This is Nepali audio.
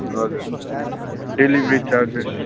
हजुर डेलिभरी चार्जेस